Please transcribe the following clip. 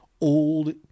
old